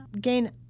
gain